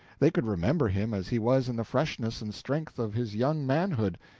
they could remember him as he was in the freshness and strength of his young manhood,